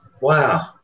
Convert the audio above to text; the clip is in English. Wow